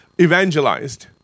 evangelized